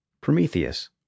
Prometheus